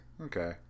Okay